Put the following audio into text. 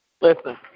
Listen